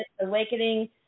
awakening